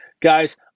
Guys